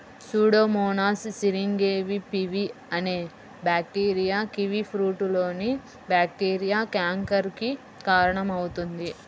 Pseudomonas syringae pv అనే bacteria కివీఫ్రూట్లోని bacteria canker కి కారణమవుతుంది